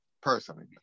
personally